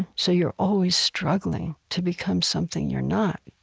so you're always struggling to become something you're not.